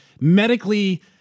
medically